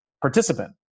participant